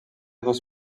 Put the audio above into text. dos